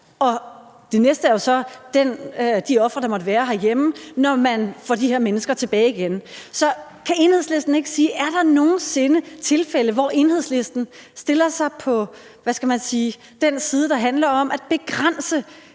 adfærd, dels de ofre, der måtte være herhjemme, når man får de her mennesker tilbage igen. Så kan Enhedslisten ikke sige, om der nogen sinde er tilfælde, hvor Enhedslisten stiller sig på den side, der handler om at begrænse